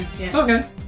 Okay